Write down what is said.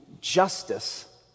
justice